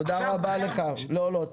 לא, לא.